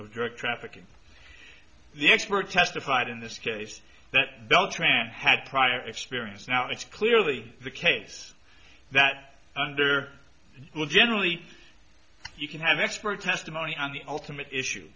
of drug trafficking the expert testified in this case that they had prior experience now it's clearly the case that under will generally you can have expert testimony on the ultimate issue